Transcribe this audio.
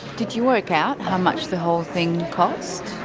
did you work out how much the whole thing cost?